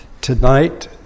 tonight